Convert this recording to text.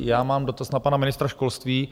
Já mám dotaz na pana ministra školství.